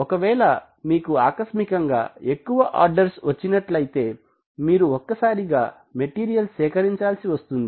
ఒకవేళ మీకు ఆకస్మికంగా ఎక్కువ ఆర్డర్స్ వచ్చినట్లయితే మీరు ఒక్కసారిగా మెటీరియల్ సేకరించాల్సి వస్తుంది